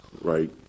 right